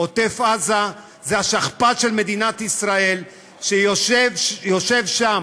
עוטף עזה זה השכפ"ץ של מדינת ישראל, שיושב שם.